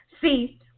See